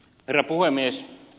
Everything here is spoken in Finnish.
herra puhemies